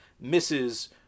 misses